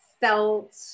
Felt